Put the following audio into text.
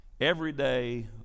everyday